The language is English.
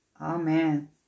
Amen